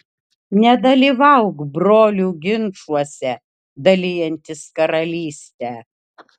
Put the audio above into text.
nedalyvauk brolių ginčuose dalijantis karalystę